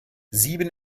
sieben